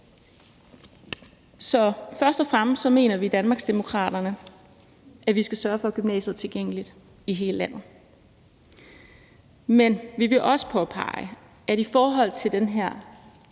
Så først og fremmest mener vi i Danmarksdemokraterne, at vi skal sørge for, at gymnasiet er tilgængeligt i hele landet, men vi vil også påpege i forhold til den her